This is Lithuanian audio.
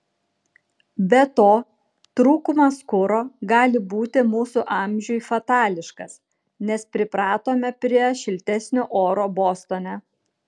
be to trūkumas kuro gali būti mūsų amžiui fatališkas nes pripratome prie šiltesnio oro bostone